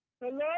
Hello